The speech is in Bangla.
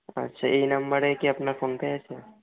আচ্ছা এই নাম্বারেই কি আপনার ফোন পে আছে